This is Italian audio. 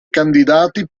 candidati